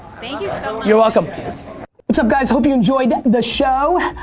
thank you so you're welcome. what's up guys? hope you enjoyed the show.